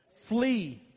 Flee